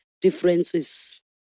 differences